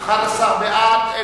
הממשלה על